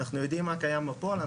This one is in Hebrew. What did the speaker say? אנחנו יודעים מה קיים בפועל.